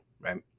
Right